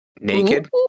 Naked